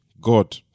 God